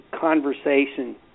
conversation